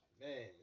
Man